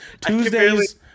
Tuesdays